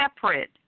separate